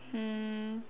hmm